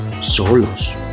solos